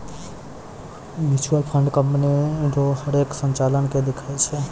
mutual fund company रो हरेक संचालन के दिखाय छै